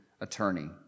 attorney